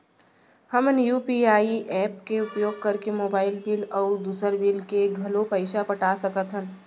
हमन UPI app के उपयोग करके मोबाइल बिल अऊ दुसर बिल के घलो पैसा पटा सकत हन